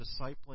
discipling